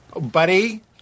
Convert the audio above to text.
Buddy